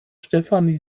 stefanie